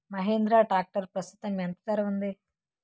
Mahindra tractor ప్రస్తుతం ఎంత ధర ఉంది?